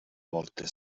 porte